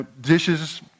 dishes